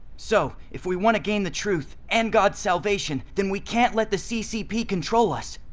so if we want to gain the truth and god's salvation, then we can't let the ccp control us.